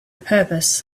purpose